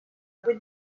vuit